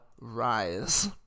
rise